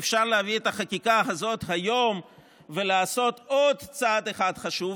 אפשר להביא את החקיקה הזאת היום ולעשות עוד צעד אחד חשוב,